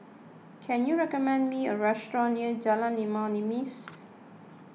can you recommend me a restaurant near Jalan Limau Nipis